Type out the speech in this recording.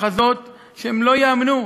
מחזות שלא ייאמנו,